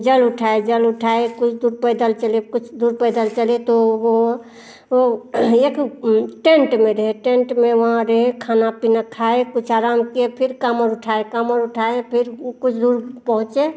जल उठाए जल उठाए कुछ दूर पैदल चले कुछ दूर पैदल चले तो वह वह एक टेंट में रहे टेंट में वहाँ रहे खाना पीना खाए कुछ आराम किए फिर काँवर उठाए काँवर उठाए फिर कुछ दूर पहुँचे